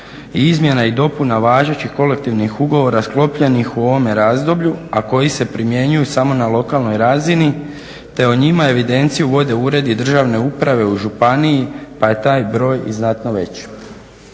i izmjena i dopuna važećih kolektivnih ugovora sklopljenih u ovome razdoblju, a koji se primjenjuju samo na lokalnoj razini te o njima evidenciju vode uredi državne uprave u županiji pa je taj broj i znatno veći.